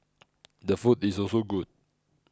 the food is also good